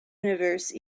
universe